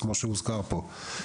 כמו שהוזכר פה,